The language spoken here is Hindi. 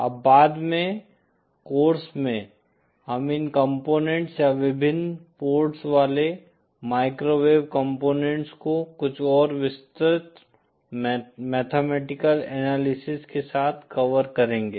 अब बाद में कोर्स में हम इन कंपोनेंट्स या विभिन्न पोर्ट्स वाले माइक्रोवेव कंपोनेंट्स को कुछ और विस्तृत मैथमेटिकल एनालिसिस के साथ कवर करेंगे